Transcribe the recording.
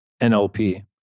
NLP